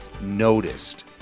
noticed